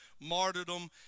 martyrdom